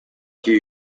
few